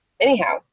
anyhow